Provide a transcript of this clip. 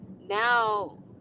Now